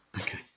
Okay